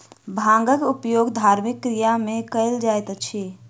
भांगक उपयोग धार्मिक क्रिया में कयल जाइत अछि